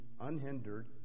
unhindered